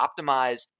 optimize